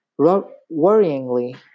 Worryingly